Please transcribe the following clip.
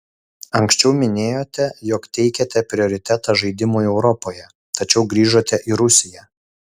anksčiau minėjote jog teikiate prioritetą žaidimui europoje tačiau grįžote į rusiją